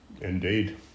Indeed